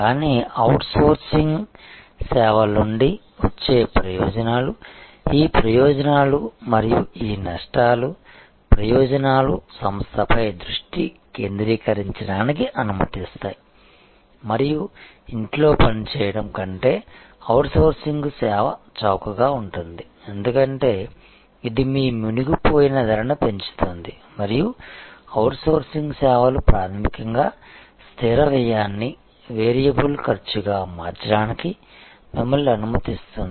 కానీ అవుట్సోర్సింగ్ సేవల నుండి వచ్చే ప్రయోజనాలు ఈ ప్రయోజనాలు మరియు ఈ నష్టాలు ప్రయోజనాలు సంస్థపై దృష్టి కేంద్రీకరించడానికి అనుమతిస్తాయి మరియు ఇంట్లో పని చేయడం కంటే అవుట్సోర్సింగ్కు సేవ చౌకగా ఉంటుంది ఎందుకంటే ఇది మీ మునిగిపోయినసంక్ ధరను పెంచుతుంది మరియు అవుట్సోర్సింగ్ సేవలు ప్రాథమికంగా స్థిర వ్యయాన్ని వేరియబుల్ ఖర్చుగా మార్చడానికి మిమ్మల్ని అనుమతిస్తుంది